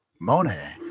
Monet